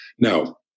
Now